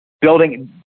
building